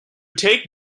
take